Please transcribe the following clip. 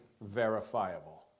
verifiable